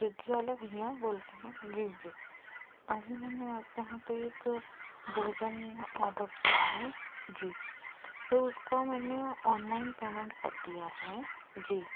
Swiggy वाले भईया बोल रहे हैं जी जी अभी मैंने आपके यहाँ पर एक भोजन ऑर्डर किया है जी तो उसका मैंने ऑनलाइन पेमेंट कर दिया है जी